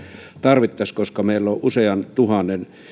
tarvittaisiin koska meillä on usean tuhannen